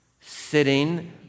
sitting